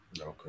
Okay